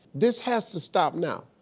this has to stop now,